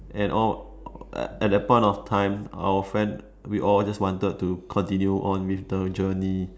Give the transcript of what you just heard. and all at that point of time our friend we all just wanted to continue on with the journey